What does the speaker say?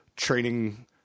Training